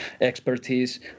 expertise